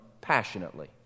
passionately